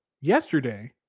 yesterday